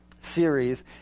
Series